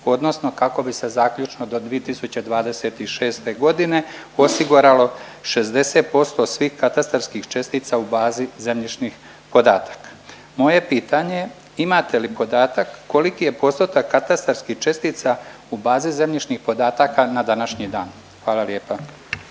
odnosno kako bi se zaključno do 2026. godine osiguralo 60% svih katastarskih čestica u bazi zemljišnih podataka. Moje je pitanje imate li podatak koliki je postotak katastarskih čestica u bazi zemljišnih podataka na današnji dan? Hvala lijepa.